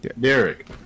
Derek